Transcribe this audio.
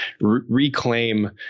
reclaim